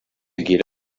geht